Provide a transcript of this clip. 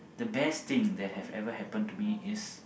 the best thing that has ever happen to me is